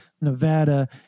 Nevada